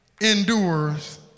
endures